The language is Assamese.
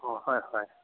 অঁ হয় হয়